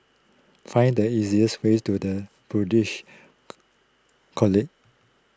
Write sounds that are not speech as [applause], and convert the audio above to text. find the easiest way to the Buddhist [unintelligible] College